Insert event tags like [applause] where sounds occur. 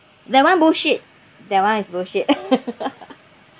that one bullshit that one is bullshit [laughs]